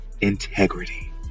integrity